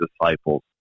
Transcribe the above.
disciples